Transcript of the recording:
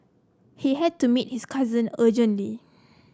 he had to meet his cousin urgently